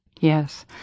Yes